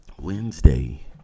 Wednesday